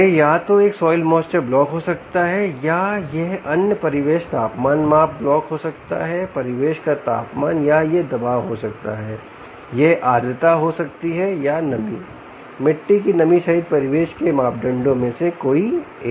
यह या तो एक सॉइल मॉइश्चर ब्लॉक हो सकता है या यह अन्य परिवेश तापमान माप ब्लॉक हो सकता है परिवेश का तापमान या यह दबाव हो सकता है यह आर्द्रता हो सकती है या नमी मिट्टी की नमी सहित परिवेश के मापदंडों में से कोई एक